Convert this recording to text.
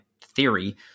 theory